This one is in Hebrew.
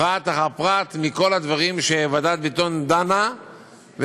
פרט אחרי פרט מכל הדברים שוועדת ביטון דנה בהם,